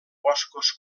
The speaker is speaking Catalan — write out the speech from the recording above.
boscos